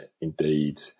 Indeed